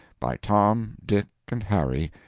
by tom, dick, and harry,